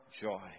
joy